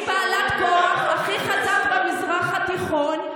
היא בעלת הכוח הכי חזק במזרח התיכון.